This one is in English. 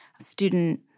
student